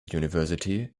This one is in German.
university